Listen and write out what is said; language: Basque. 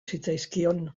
zitzaizkion